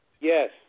Yes